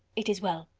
it is well.